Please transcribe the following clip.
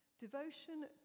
devotion